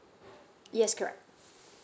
yes correct